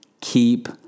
keep